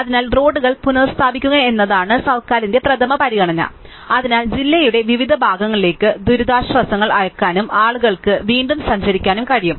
അതിനാൽ റോഡുകൾ പുനസ്ഥാപിക്കുക എന്നതാണ് സർക്കാരിന്റെ പ്രഥമ പരിഗണന അതിനാൽ ജില്ലയുടെ വിവിധ ഭാഗങ്ങളിലേക്ക് ദുരിതാശ്വാസങ്ങൾ അയയ്ക്കാനും ആളുകൾക്ക് വീണ്ടും സഞ്ചരിക്കാൻ കഴിയും